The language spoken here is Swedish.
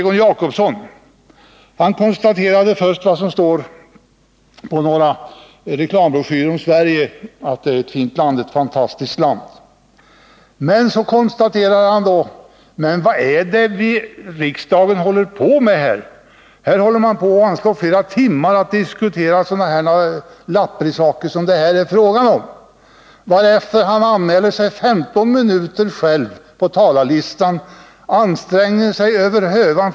Egon Jacobsson konstaterade först att det på några reklambroschyrer om Sverige står att Sverige är ett fantastiskt land. Och sedan sade han: Men vad håller riksdagen på med här? Man anslår flera timmar till att diskutera sådana lapprisaker som det här är fråga om. Själv har han emellertid på talarlistan anmält sig för ett anförande på 15 minuter.